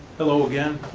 hello again.